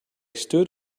stood